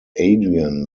adrian